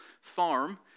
farm